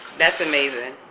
that's amazing.